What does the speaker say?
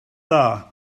dda